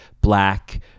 black